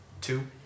two